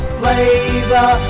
flavor